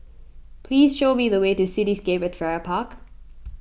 please show me the way to Cityscape at Farrer Park